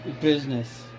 Business